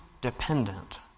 dependent